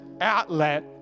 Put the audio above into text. outlet